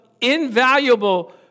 invaluable